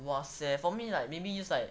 !wahseh! for me like maybe it's like